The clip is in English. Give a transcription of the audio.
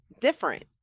different